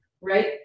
right